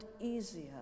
easier